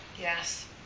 Yes